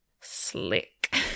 slick